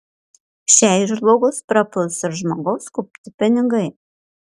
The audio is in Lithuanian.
šiai žlugus prapuls ir žmogaus kaupti pinigai